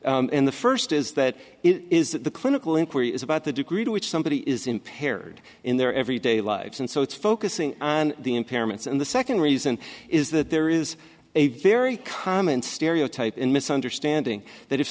in the first is that it is that the clinical inquiry is about the degree to which somebody is impaired in their everyday lives and so it's focusing on the impairments and the second reason is that there is a very common stereotype in misunderstanding that if